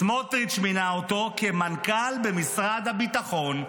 סמוטריץ' מינה אותו כמנכ"ל במשרד הביטחון,